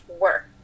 work